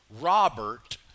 Robert